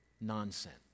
nonsense